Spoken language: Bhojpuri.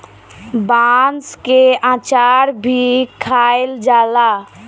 बांस के अचार भी खाएल जाला